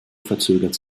verzögert